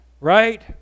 right